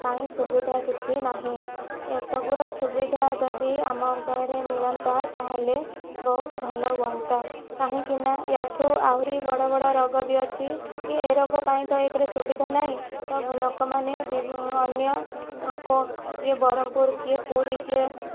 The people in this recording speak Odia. ପାଇଁ ସୁବିଧା କିଛି ନାହିଁ ଏସବୁର ସୁବିଧା ଯଦି ଆମ ଅଞ୍ଚଳରେ ମିଳନ୍ତା ତାହେଲେ ବହୁତ ଭଲ ହୁଅନ୍ତା କାହିଁକିନା ୟାଠୁ ଆହୁରି ବଡ଼ ବଡ଼ ରୋଗ ବି ଅଛି କି ଏ ରୋଗ ପାଇଁ ତ ଏକରେ ସୁବିଧା ନାହିଁ ତ ଲୋକମାନେ ଅନ୍ୟ କିଏ ବ୍ରହ୍ମପୁର କିଏ ପୁରୀ କିଏ ଅ